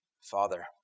Father